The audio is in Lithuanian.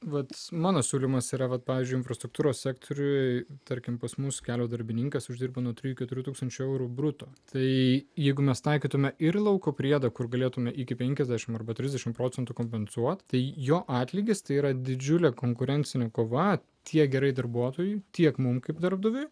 vat mano siūlymas yra vat pavyzdžiui infrastruktūros sektoriuje tarkim pas mus kelio darbininkas uždirba nuo trijų keturių tūkstančių eurų bruto tai jeigu mes taikytumėme ir lauko priedą kur galėtumėme iki penkiasdešimt arba trisdešimt procentų kompensuot tai jo atlygis tai yra didžiulė konkurencinė kova tiek gerai darbuotojui tiek mums kaip darbdaviui